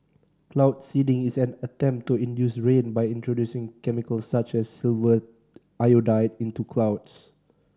cloud seeding is an attempt to induce rain by introducing chemicals such as silver iodide into clouds